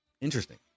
Interesting